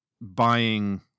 buying